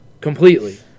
completely